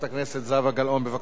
בבקשה, גברתי.